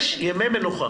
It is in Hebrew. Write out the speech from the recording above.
יש ימי מנוחה.